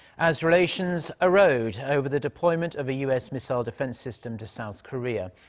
as relations erode over the deployment of a u s. missile defense system to south korea.